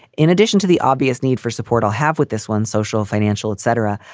in addition to the obvious need for support, i'll have with this one social, financial, etc.